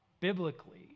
biblically